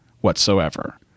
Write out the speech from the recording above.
whatsoever